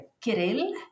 Kirill